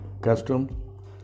customs